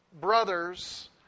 brothers